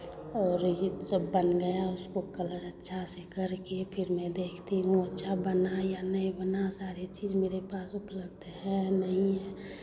और ये सब बन गया उसको कलर अच्छा से करके फिर मैं देखती हूँ अच्छा बना या नहीं बना सारे चीज़ मेरे पास उपलब्ध है नहीं है